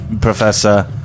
Professor